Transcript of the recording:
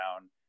down